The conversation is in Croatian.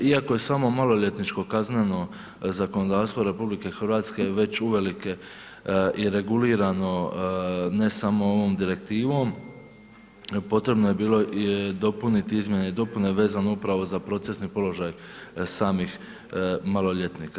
Iako je samo maloljetničko kazneno zakonodavstvo RH već uvelike i regulirano ne samo ovom direktivom potrebno je bilo dopuniti izmjene i dopune vezano upravo za procesni položaj samih maloljetnika.